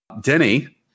Denny